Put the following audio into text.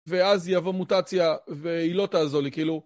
ואז יבוא מוטציה, והיא לא תעזור לי, כאילו.